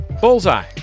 Bullseye